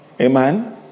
Amen